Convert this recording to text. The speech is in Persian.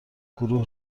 گروه